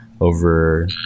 over